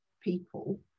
people